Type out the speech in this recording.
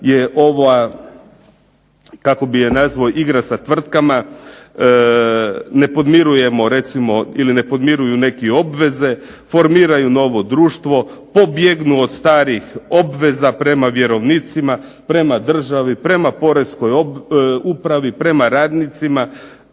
je ova kako bi je nazvao igra sa tvrtkama, ne podmiruju neki obveze, formiraju novo društvo, pobjegnu od starih obveza prema vjerovnicima, prema državi, prema poreskoj upravi, prema radnicima,